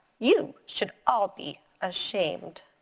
you should all be ashamed.